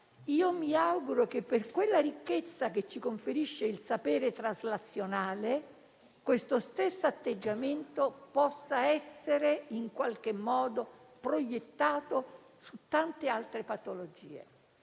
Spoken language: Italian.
- mi auguro che, per quella ricchezza che ci conferisce il sapere traslazionale, questo stesso atteggiamento possa essere proiettato su tante altre patologie.